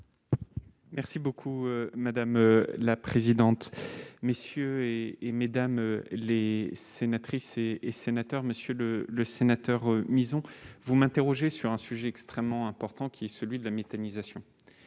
Merci beaucoup, madame la présidente, messieurs et mesdames les sénatrices et et sénateur Monsieur le le sénateur misons vous m'interrogez sur un sujet extrêmement important qui est celui de la méthanisation,